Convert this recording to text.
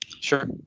Sure